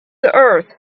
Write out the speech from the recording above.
earth